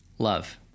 Love